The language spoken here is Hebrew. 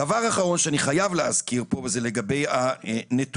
דבר אחרון שאני חייב להזכיר פה וזה לגבי הנתונים,